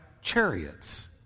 chariots